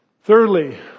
Thirdly